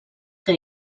que